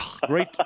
great